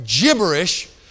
gibberish